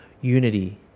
unity